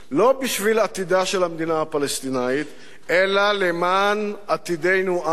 לא בשביל עתידה של המדינה הפלסטינית אלא למען עתידנו שלנו,